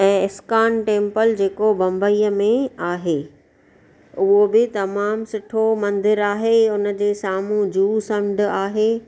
ऐं ISKCON temple जेको बम्बईअ में आहे उहो बि तमामु सुठो मंदरु आहे उन जे साम्हूं जुहू समुंडु आहे